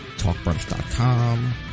talkbrunch.com